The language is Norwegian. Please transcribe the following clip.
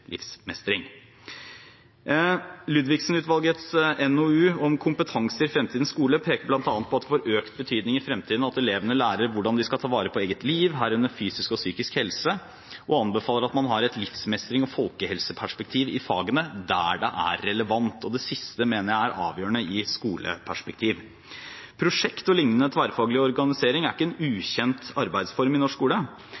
livsmestring. Ludvigsen-utvalgets NOU om kompetanser i fremtidens skole peker bl.a. på at det får økt betydning i fremtiden at elevene lærer hvordan de skal ta vare på sitt eget liv, herunder sin fysiske og psykiske helse, og anbefaler at man har et livsmestrings- og folkehelseperspektiv i fagene der det er relevant. Det siste mener jeg er avgjørende i skoleperspektiv. Prosjekt og lignende tverrfaglig organisering er ikke en